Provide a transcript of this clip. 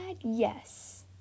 yes